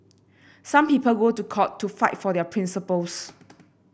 some people go to court to fight for their principles